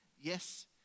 yes